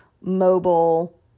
mobile